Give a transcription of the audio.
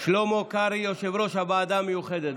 שלמה קרעי, יושב-ראש הוועדה המיוחדת.